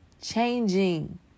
changing